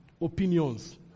opinions